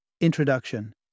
Introduction